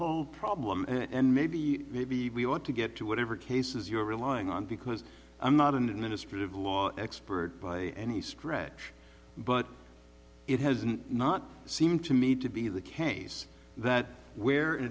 whole problem and maybe maybe we want to get to whatever cases you're relying on because i'm not an administrative law expert by any stretch but it hasn't not seem to me to be the case that where